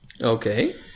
Okay